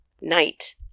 Night